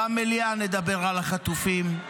במליאה נדבר על החטופים,